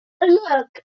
Look